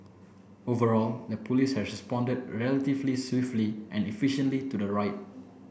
overall the police has responded relatively swiftly and efficiently to the riot